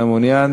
מעוניין.